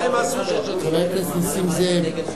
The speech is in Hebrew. מה הם עשו, חבר הכנסת נסים זאב.